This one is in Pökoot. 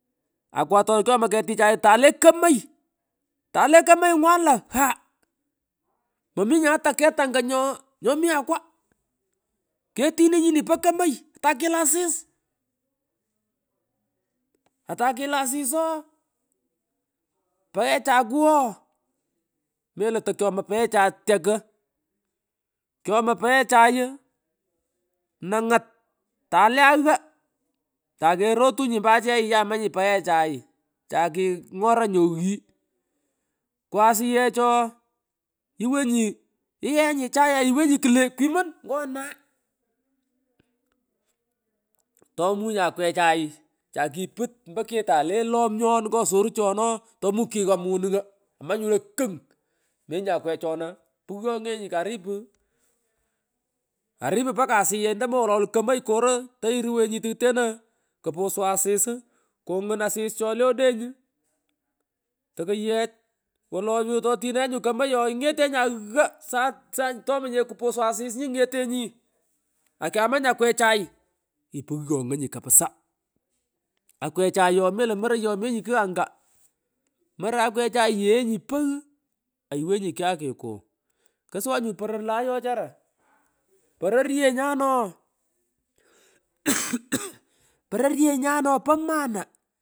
Akwatona kyomoy katichay tale komoy tale komoy ngwan lo haah mominye ata ket anga nyo nyomi akwa aah ketini nyini po komoy takila asisi atikila asis ooh paghechay kugho, melo tokyo moy paghechay tye kagh kyomoy paghechay iii nang’at tale ongho takerotunyi ompa achay yamanyi paghechay chakingoranyi onghi kwasiyech ooh iwenyi igheghanyi iigh igheghanyi chai aiwenyi kulo kwimon ngo naah mi polo)tamunyi akwechay cha kiputbompo ketay le lomnyon ngo saruchono ooh tamunyi kigha monunga omanyu lo kugh kimughot lenye akwe chona pughongenyi karipu karipu mbaka asiyech tomo wolo komoy koro toiruwenyi takuteno kupuzun asis kughun asis chole odeny ghalana tokuyech wolo nyu totino ye nyu komoy ooh ingetenyi ogho sany sany sany tomonye kupusu asis nyu ingetenyi ghalana akiamanyi akwechay kuroktewu ghalana ipughongonyi kapisa akwechay ooh melo yoroy omenyi kugh anga moroy akwechay yeghenyi poghuhh alwenyi kiakikuw kusuwa nyu poror lo ayoo wechara pororyanyan ooh kural ughu! Ughu! Pororenyan oh po mana.